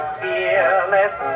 fearless